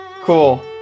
cool